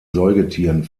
säugetieren